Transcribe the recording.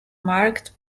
marked